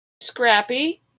scrappy